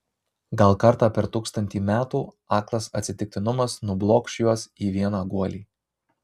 gal kartą per tūkstantį metų aklas atsitiktinumas nublokš juos į vieną guolį